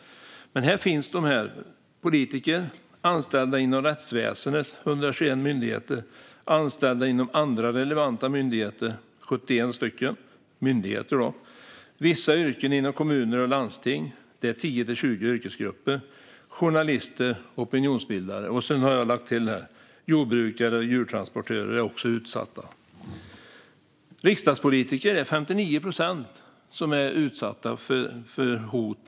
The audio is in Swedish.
Det handlar om politiker, anställda inom rättsväsendet, 121 myndigheter, och anställda inom andra, 71 stycken, relevanta myndigheter. Det gäller vissa yrken, 10-20 yrkesgrupper, inom kommuner och landsting och journalister och opinionsbildare. Jag har lagt till jordbrukare och djurtransportörer, som också är utsatta. Bland riksdagspolitiker är det 59 procent som på något sätt är utsatta för hot.